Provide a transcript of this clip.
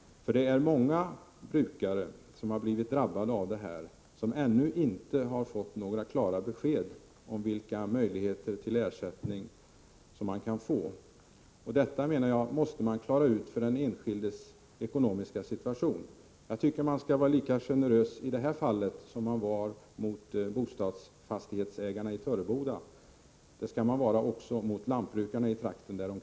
Det är många brukare som blivit drabbade av detta och som ännu inte har fått några klara besked om vilka möjligheter till ersättning de har. Detta, menar jag, måste man klara ut med tanke på den enskildes ekonomiska situation. Jag tycker att man skall vara lika generös mot lantbrukarna i Törebodatrakten som man var mot bostadsfastighetsägarna i Töreboda.